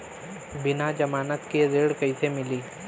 बिना जमानत के ऋण कईसे मिली?